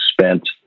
spent